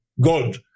God